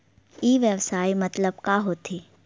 ई व्यवसाय मतलब का होथे?